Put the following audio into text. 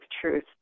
truth